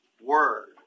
word